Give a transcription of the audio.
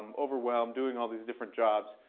um overwhelmed, doing all these different jobs.